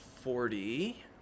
forty